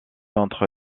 entre